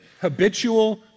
habitual